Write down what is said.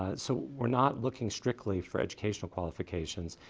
ah so we're not looking strictly for educational qualifications.